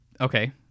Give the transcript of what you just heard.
Okay